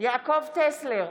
יעקב טסלר,